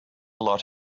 lot